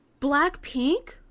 Blackpink